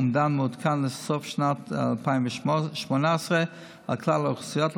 אומדן מעודכן לסוף שנת 2018 על כלל האוכלוסייה,